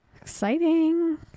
Exciting